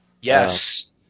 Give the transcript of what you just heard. Yes